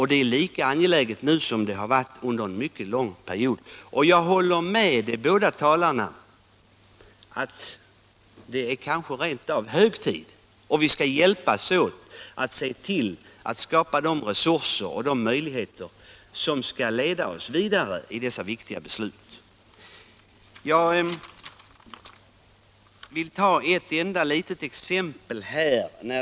Det är lika angeläget nu som det har varit under en mycket lång period. Jag håller med de båda talarna att det rent av är hög tid. Vi skall hjälpas åt att skaffa de resurser och skapa det underlag som behövs för att kunna fatta dessa viktiga beslut. Jag vill här ta ett enda litet exempel.